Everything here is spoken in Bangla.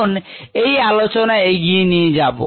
এখন এই আলোচনা এগিয়ে নিয়ে যাব